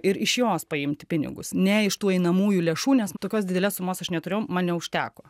ir iš jos paimt pinigus ne iš tų einamųjų lėšų nes tokios didelės sumos aš neturėjau man neužteko